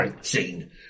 scene